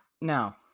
Now